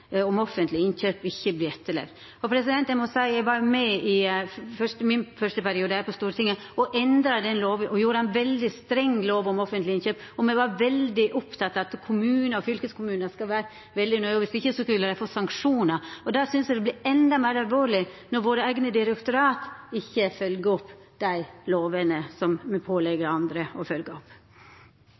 om offentlege innkjøp ikkje vert etterlevd.» Eg vil berre seia at eg var med på – i min første periode på Stortinget – å endra den loven og gjorde han til ein veldig streng lov om offentlege innkjøp. Me var veldig opptekne av at kommunane og fylkeskommunane skulle vera veldig nøgne, og viss dei ikkje var det, vart det sanksjonar. Då synest eg det vert endå meir alvorleg når våre eigne direktorat ikkje følgjer dei lovane me pålegg andre å